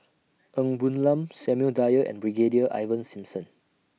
Ng Woon Lam Samuel Dyer and Brigadier Ivan Simson